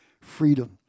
freedom